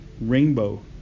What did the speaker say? rainbow